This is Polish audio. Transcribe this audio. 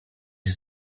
się